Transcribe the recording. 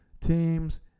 teams